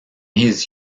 his